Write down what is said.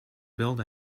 build